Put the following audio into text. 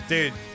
Dude